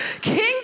kingdom